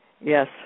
Yes